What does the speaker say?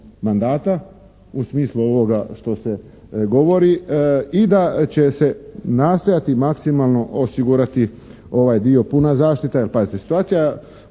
u smislu ovoga što se govori i da će se nastojati maksimalno osigurati ovaj dio puna zaštita. Jer pazite, moramo